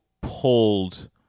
pulled